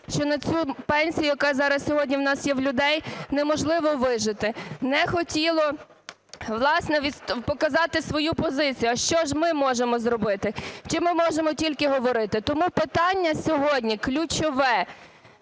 що на цю пенсію, яка зараз сьогодні у нас є в людей, неможливо вижити. Не хотіли, власне, показати свою позицію. А що ж ми можемо зробити? Чи ми можемо тільки говорити? Тому питання сьогодні ключове: